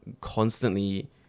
constantly